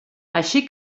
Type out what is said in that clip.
així